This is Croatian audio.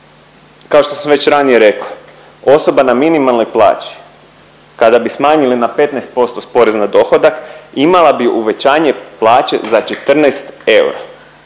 kao što sam već ranije rekao osoba na minimalnoj plaći kada bi smanjili na 15% s poreza na dohodak imala bi uvećanje plaće za 14 eura.